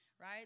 right